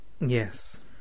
Yes